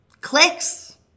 Clicks